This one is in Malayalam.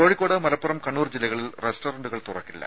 കോഴിക്കോട് മലപ്പുറം കണ്ണൂർ ജില്ലകളിൽ റെസ്റ്റോറന്റുകൾ തുറക്കില്ല